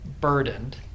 burdened